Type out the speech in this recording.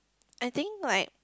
I think like